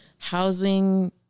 housing